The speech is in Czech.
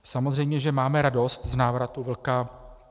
Samozřejmě že máme radost z návratu vlka.